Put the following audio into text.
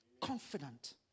confident